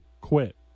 Quit